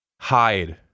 hide